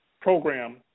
program